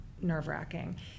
nerve-wracking